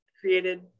created